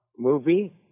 movie